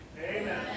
Amen